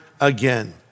again